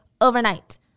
overnight